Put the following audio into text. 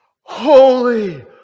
Holy